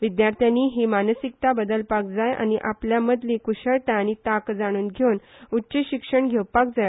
विध्यार्थ्यांनी ही मानसीकताय बदलपाक जाय आनी आपल्या मदली क्शळताय आनी ताक जाणून घेवन उच्च शिक्षण घेवपाक जाय